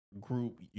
group